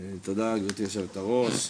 תודה, גברתי יושבת הראש,